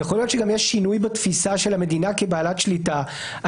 יכול להיות שיש גם שינוי בתפיסה של המדינה כבעלת שליטה.